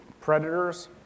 Predators